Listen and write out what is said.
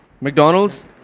McDonald's